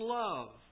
love